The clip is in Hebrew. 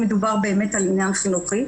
מדובר באמת על עניין חינוכי,